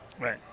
Right